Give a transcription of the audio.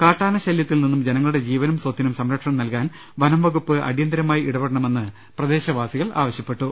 കാട്ടാന ശല്യത്തിൽ നിന്നും ജനങ്ങളുടെ ജീവനും സ്വത്തിനും സംരക്ഷണം നൽകാൻ വനംവകുപ്പ് അടിയന്തരമായി ഇടപെടണമെന്ന് പ്രദേശവാ സികൾ ആവശ്യപ്പെട്ടു